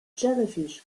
jellyfish